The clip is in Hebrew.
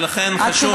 לכן חשוב,